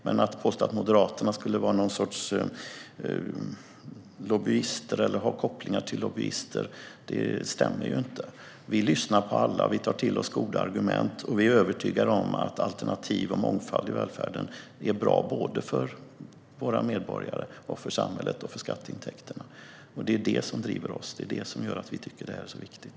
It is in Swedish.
Men att påstå att Moderaterna skulle vara någon sorts lobbyister eller ha kopplingar till lobbyister stämmer inte. Vi lyssnar på alla och tar till oss goda argument. Vi är övertygade om att alternativ och mångfald i välfärden är bra såväl för våra medborgare och för samhället som för skatteintäkterna. Det är vad som driver oss. Det är vad som gör att vi tycker att det är så viktigt.